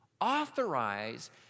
authorize